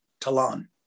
Talon